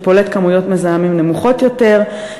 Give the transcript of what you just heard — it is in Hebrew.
שפולט כמויות מזהמים נמוכות יותר,